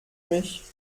mich